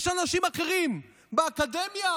יש אנשים אחרים באקדמיה?